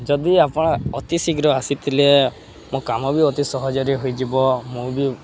ଯଦି ଆପଣ ଅତି ଶୀଘ୍ର ଆସିଥିଲେ ମୋ କାମ ବି ଅତି ସହଜରେ ହୋଇଯିବ ମୁଁ ବି